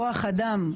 כוח אדם,